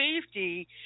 safety